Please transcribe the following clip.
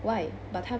why but 他